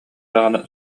даҕаны